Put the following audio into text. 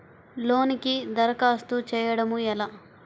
లోనుకి దరఖాస్తు చేయడము ఎలా?